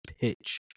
pitch